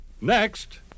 Next